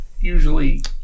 Usually